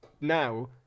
Now